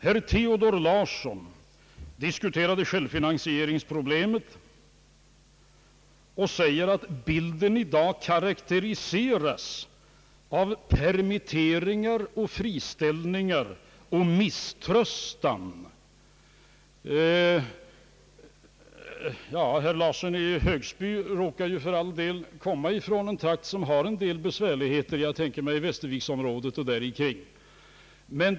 Herr Nils Theodor Larsson diskuterade självfinansieringsproblemet och sade, att bilden i dag »karakteriseras av permitteringar och friställningar och misströstan». Ja, herr Larsson i Högsby råkar för all del komma från en trakt som har en del besvärligheter; jag tänker närmast på västerviksområdet och trakten däromkring.